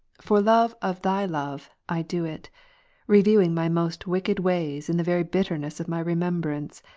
for love of thy love i do it reviewing my most wicked ways in the very bitterness of my remembrance,